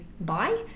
bye